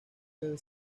debe